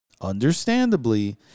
Understandably